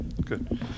Good